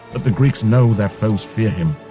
but the greeks know their foes fear him.